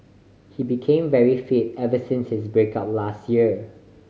he became very fit ever since his break up last year